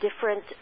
different